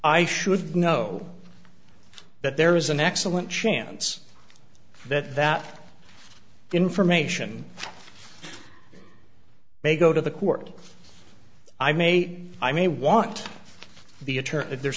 i should know that there is an excellent chance that that information may go to the court i may i may want the